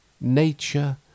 Nature